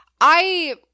I-